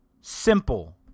simple